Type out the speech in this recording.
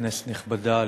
כנסת נכבדה,